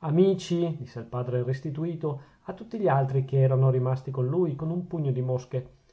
amici disse il padre restituto a tutti gli altri che erano rimasti come lui con un pugno di mosche